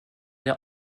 der